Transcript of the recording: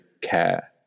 care